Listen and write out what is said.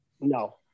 No